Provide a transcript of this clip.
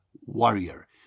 warrior